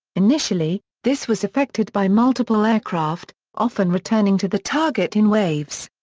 initially, this was effected by multiple aircraft, often returning to the target in waves.